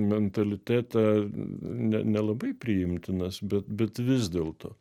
mentalitetą ne nelabai priimtinas bet bet vis dėlto